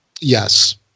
Yes